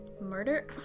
Murder